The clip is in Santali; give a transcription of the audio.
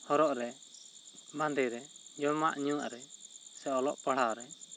ᱦᱚᱨᱚᱜ ᱨᱮ ᱵᱟᱸᱫᱮ ᱨᱮ ᱡᱚᱢᱟᱜ ᱧᱩᱣᱟᱜ ᱨᱮ ᱥᱮ ᱚᱞᱚᱜ ᱯᱟᱲᱦᱟᱣ ᱨᱮ